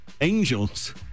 angels